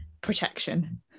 protection